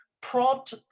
prompt